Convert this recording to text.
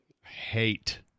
Hate